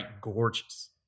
gorgeous